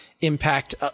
impact